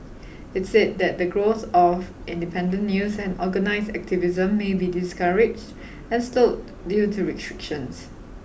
it's said that the growth of independent news and organised activism may be discouraged and slowed due to restrictions